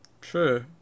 True